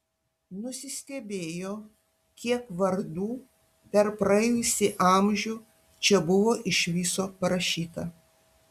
nusistebėjo kiek vardų per praėjusį amžių čia buvo iš viso parašyta